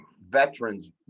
veterans